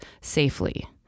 safely